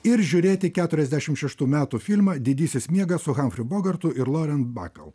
ir žiūrėti keturiasdešimt šeštų metų filmą didysis miegas su hamfriu bodartu ir loren bakal